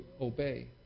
obey